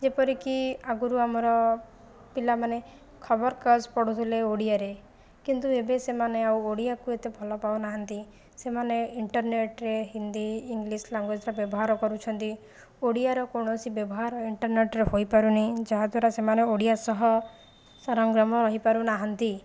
ଯେପରି କି ଆଗରୁ ଆମର ପିଲାମାନେ ଖବରକାଗଜ ପଢ଼ୁଥିଲେ ଓଡ଼ିଆରେ କିନ୍ତୁ ଏବେ ସେମାନେ ଆଉ ଓଡ଼ିଆକୁ ଏତେ ଭଲ ପାଉନାହାନ୍ତି ସେମାନେ ଇଣ୍ଟର୍ନେଟରେ ହିନ୍ଦୀ ଇଂଲିଶ୍ ଲାଙ୍ଗୁଏଜର ବ୍ୟବହାର କରୁଛନ୍ତି ଓଡ଼ିଆର କୌଣସି ବ୍ୟବହାର ଇଣ୍ଟର୍ନେଟରେ ହୋଇପାରୁନି ଯାହାଦ୍ୱାରା ସେମାନେ ଓଡ଼ିଆ ସହ ସରଂଗ୍ରମ ରହିପାରୁନାହାନ୍ତି